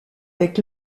avec